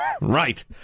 Right